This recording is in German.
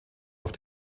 auf